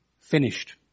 finished